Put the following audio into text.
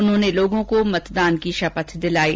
उन्होंने लोगों को मतदान की शपथ दिलायी